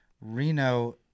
reno